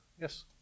Yes